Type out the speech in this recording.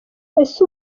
ese